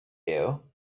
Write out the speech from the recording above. you